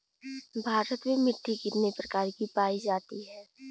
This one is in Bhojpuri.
भारत में मिट्टी कितने प्रकार की पाई जाती हैं?